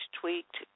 tweaked